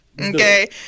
Okay